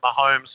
Mahomes